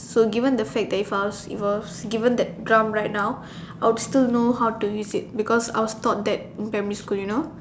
so given the fact that if I was if I was given that drum right now I will still know how to use it because I was taught that in primary school you know